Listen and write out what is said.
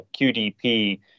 QDP